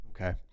Okay